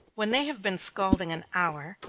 when they have been scalding an hour,